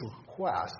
request